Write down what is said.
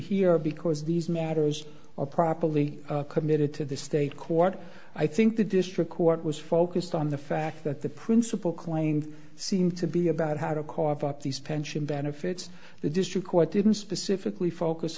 here because these matters are properly committed to the state court i think the district court was focused on the fact that the principal claimed seem to be about how to cough up these pension benefits the district court didn't specifically focus